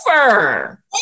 over